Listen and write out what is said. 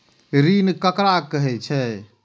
ऋण ककरा कहे छै?